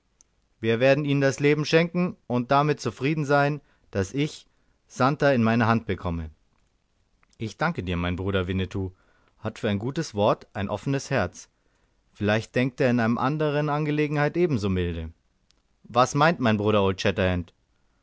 ich werde ihnen das leben schenken und damit zufrieden sein daß ich santer in meine hand bekomme ich danke dir mein bruder winnetou hat für ein gutes wort ein offenes herz vielleicht denkt er in einer andern angelegenheit ebenso milde was meint mein bruder old shatterhand